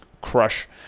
crush